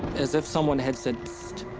as if someone had said, psst,